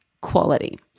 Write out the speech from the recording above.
quality